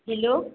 hello